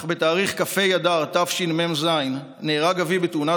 אך בתאריך כ"ה באדר תשמ"ז נהרג אבי בתאונת